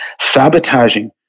sabotaging